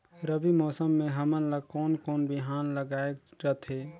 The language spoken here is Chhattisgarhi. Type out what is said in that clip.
रबी मौसम मे हमन ला कोन कोन बिहान लगायेक रथे?